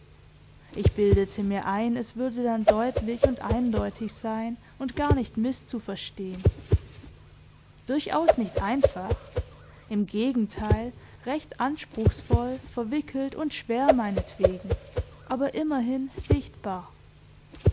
ich bildete mir ein es würde dann deutlich und eindeutig sein und gar nicht mißzuverstehn durchaus nicht einfach im gegenteil recht anspruchsvoll verwickelt und schwer meinetwegen aber immerhin sichtbar